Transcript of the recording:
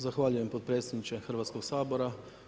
Zahvaljujem potpredsjedniče Hrvatskog sabora.